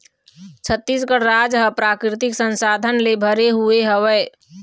छत्तीसगढ़ राज ह प्राकृतिक संसाधन ले भरे हुए हवय